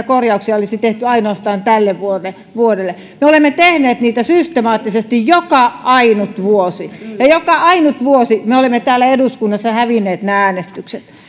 korjauksia olisi tehty ainoastaan tälle vuodelle vuodelle me olemme tehneet niitä systemaattisesti joka ainut vuosi ja joka ainut vuosi me olemme täällä eduskunnassa hävinneet ne äänestykset